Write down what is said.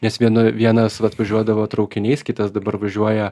nes vienų vienas atvažiuodavo traukiniais kitas dabar važiuoja